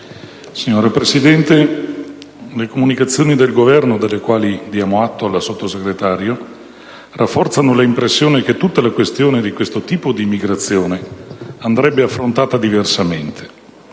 Signora Presidente, le comunicazioni del Governo, delle quali diamo atto alla Sottosegretario, rafforzano l'impressione che tutta la questione relativa a questo tipo di immigrazione andrebbe affrontata diversamente.